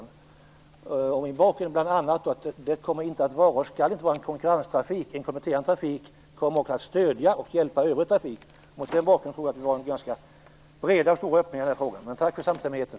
Detta mot bakgrund av att det inte kommer att - och inte skall - handla om konkurrenstrafik. En kompletterande trafik kommer också att stödja och hjälpa övrig trafik. Mot den bakgrunden tror jag vi har ganska breda och stora öppningar i frågan. Tack för samstämmigheten.